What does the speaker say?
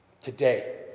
today